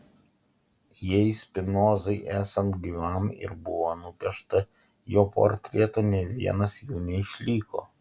jei spinozai esant gyvam ir buvo nupiešta jo portretų nė vienas jų neišliko